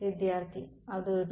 വിദ്യാർത്ഥി അത് ഒരു